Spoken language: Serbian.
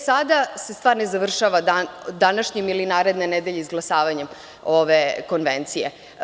Sada se stvar ne završava današnjim ili naredne nedelje izglasavanjem ove konvencije.